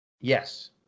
Yes